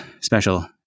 special